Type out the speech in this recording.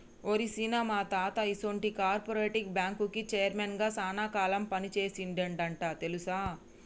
ఓరి సీన, మా తాత ఈసొంటి కార్పెరేటివ్ బ్యాంకుకి చైర్మన్ గా సాన కాలం పని సేసిండంట తెలుసా